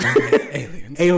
Aliens